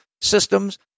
systems